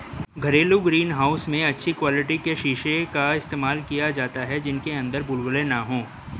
घरेलू green house में अच्छी क्वालिटी के शीशे का इस्तेमाल किया जाता है जिनके अंदर बुलबुले ना हो